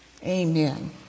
Amen